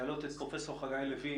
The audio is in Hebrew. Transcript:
להעלות את פרופ' חגי לוין,